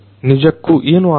ನಿಜಕ್ಕೂ ಏನು ಆಗಬಹುದು